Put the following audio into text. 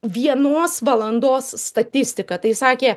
vienos valandos statistika tai sakė